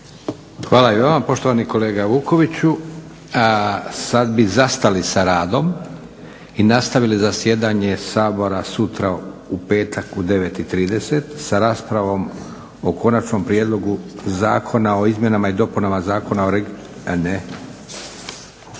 Hvala i vama poštovani kolega Vuković. Sad bi zastali sa radom i nastavili zasjedanje Sabora sutra u petak u 9,30 sa raspravom o Konačnom prijedlogu Zakona o izmjenama i dopunama Zakona o, a ne.